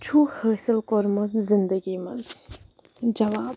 چھُ حٲصِل کوٚرمُت زِندگی منٛز جواب